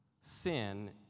sin